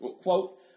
quote